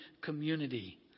community